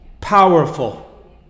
powerful